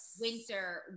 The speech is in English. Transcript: winter